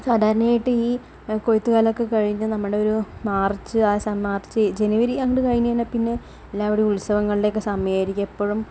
സാധാരണയായിട്ട് ഈ കൊയ്ത്തുകാലമൊക്കെ കഴിഞ്ഞ് നമ്മളുടെ ഒരു മാർച്ച് ആ മാർച്ച് ജനുവരി അങ്ങോട്ട് കഴിഞ്ഞു കഴിഞ്ഞാൽ പിന്നെ എല്ലാവിടേയും ഉത്സവങ്ങളുടെയൊക്കെ സമയായിരിക്കും എപ്പോഴും